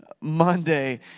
Monday